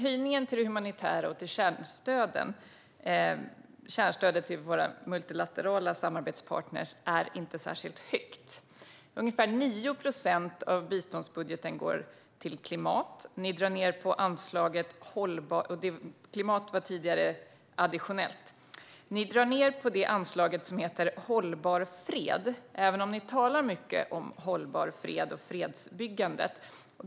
Höjningen av det humanitära biståndet och av kärnstödet till våra multilaterala samarbetspartner är inte särskilt stor. Ungefär 9 procent av biståndsbudgeten går till klimat, en finansiering som tidigare var additionell. Man drar ned på anslaget till det som kallas "hållbar fred", även om man talar mycket om fred och fredsbyggande.